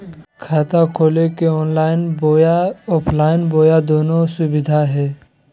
खाता खोले के ऑनलाइन बोया ऑफलाइन बोया दोनो सुविधा है?